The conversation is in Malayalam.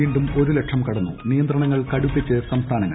വീണ്ടും ഒരു ലക്ഷം കടന്നു നിയന്ത്രണങ്ങൾ കടുപ്പിച്ച് സംസ്ഥാനങ്ങൾ